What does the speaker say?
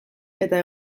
eta